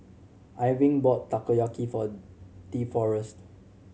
Irving bought Takoyaki for Deforest